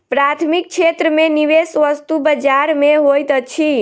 प्राथमिक क्षेत्र में निवेश वस्तु बजार में होइत अछि